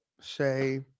say